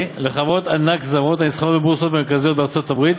לחברות ענק זרות הנסחרות בבורסות המרכזיות בארצות-הברית.